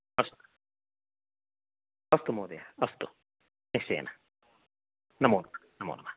अस्तु अस्तु महोदय अस्तु निश्चयेन नमो नमः नमो नमः